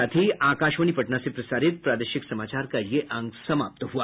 इसके साथ ही आकाशवाणी पटना से प्रसारित प्रादेशिक समाचार का ये अंक समाप्त हुआ